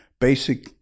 basic